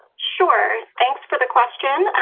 sure, thanks for the question.